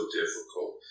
difficult